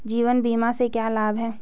जीवन बीमा से क्या लाभ हैं?